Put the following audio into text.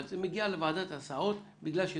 אבל זה מגיע לוועדת הסעות בגלל שהמקרה